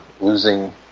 losing